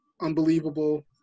unbelievable